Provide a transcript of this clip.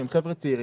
שהם חבר'ה צעירים,